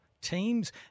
teams